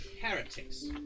Heretics